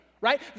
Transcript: right